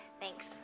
Thanks